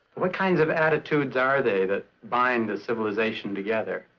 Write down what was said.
what kinds of attitudes are they that bind a civilization together?